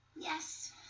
Yes